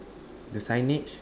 the signage